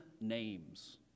names